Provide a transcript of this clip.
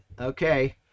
okay